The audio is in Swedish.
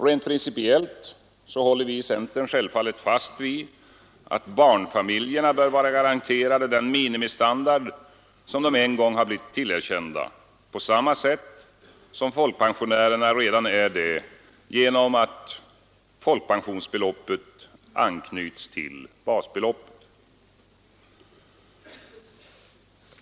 Rent principiellt håller vi i centern självfallet fast vid att barnfamiljerna bör vara garanterade den minimistandard som de en gång har blivit tillerkända på samma sätt som folkpensionärerna redan är det genom folkpensionsbeloppets anknytning till basbeloppet.